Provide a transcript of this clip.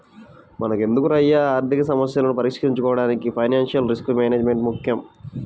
మనకెదురయ్యే ఆర్థికసమస్యలను పరిష్కరించుకోడానికి ఫైనాన్షియల్ రిస్క్ మేనేజ్మెంట్ ముక్కెం